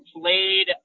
played